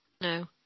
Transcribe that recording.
No